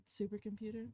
supercomputer